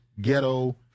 ghetto